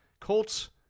Colts